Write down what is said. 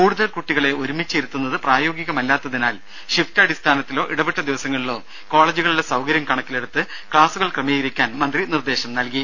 കൂടുതൽ കുട്ടികളെ ഒരുമിച്ച് ഇരുത്തുന്നത് പ്രായോഗികമല്ലാത്തതിനാൽ ഷിഫ്റ്റ് അടിസ്ഥാനത്തിലോ ഇടവിട്ട ദിവസങ്ങളിലോ കോളജുകളിലെ സൌകര്യം കണക്കിലെടുത്ത് ക്സാസുകൾ ക്രമീകരിക്കാൻ മന്ത്രി നിർദ്ദേശം നൽകി